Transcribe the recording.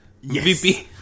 Yes